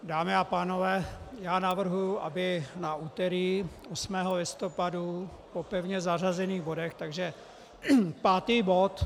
Dámy a pánové, navrhuji, aby na úterý 8. listopadu po pevně zařazených bodech, takže pátý bod